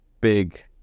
big